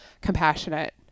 compassionate